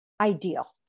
ideal